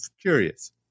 curious